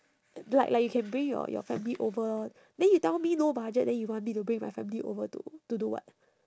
like like you can bring your your family over then you tell me no budget then you want me to bring my family over to to do what